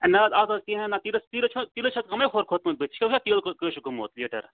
ہے نہٕ حظ اَتھ حظ کِہیٖنۍ نہٕ تیٖلَس تیٖلَس چھِ حظ تیٖلَس چھِ حظ کَمٕے ہیوٚر کھوٚتمُت بٕتھِ چھُ حظ تیٖل کٔہیِہِ چھِ گوٚمُت لیٖٹَر